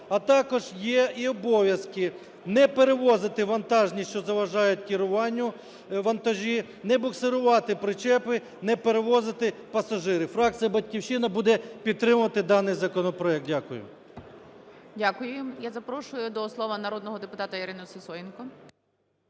А також є і обов'язки: не перевозити вантажність, що заважають керуванню, вантажі; не буксирувати причепи; не перевозити пасажирів. Фракція "Батьківщина" буде підтримувати даний законопроект. Дякую. ГОЛОВУЮЧИЙ. Дякую. Я запрошую до слова народного депутата Ірину Сисоєнко.